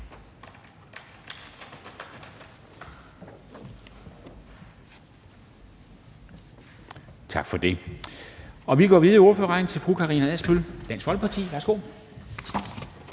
bemærkninger. Vi går videre i ordførerrækken til fru Karina Adsbøl, Dansk Folkeparti. Værsgo.